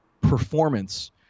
performance